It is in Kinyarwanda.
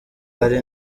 ari